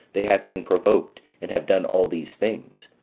they have been provoked, and have done all these things.